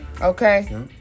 Okay